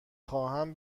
خواهم